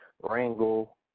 Wrangle